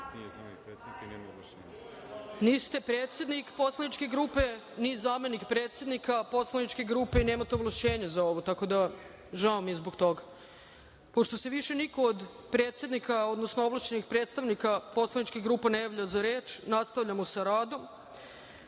Niste predsednik poslaničke grupe, ni zamenik predsednika poslanike grupe i nemate ovlašćenja za ovo. Tako da, žao mi je zbog toga. Pošto se više niko od predsednika, odnosno ovlašćenih poslaničkih grupa ne javlja za reč, nastavljamo sa